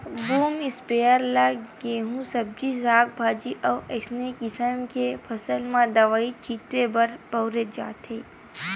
boom sprayer ल गहूँए सब्जी साग अउ असइने किसम के फसल म दवई छिते बर बउरे जाथे